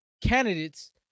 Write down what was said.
candidates